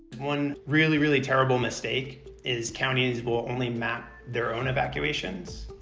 one really, really terrible mistake is, counties will only map their own evacuations.